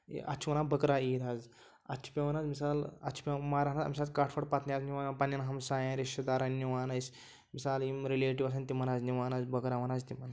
اَتھ چھِ وَنان بٔکرا عیٖد حظ اَتھ چھِ پٮ۪وان حظ مِثال اَتھ چھِ پٮ۪وان ماران حظ أمۍ ساتہٕ کَٹھ وَٹھ پَتہٕ حظ نِوان پَنٕنٮ۪ن ہَمسایَن رِشتہٕ دارَن نِوان أسۍ مِثال یِم رِلیٹِو آسَن تِمَن حظ نِوان حظ بٲگراوان حظ تِمَن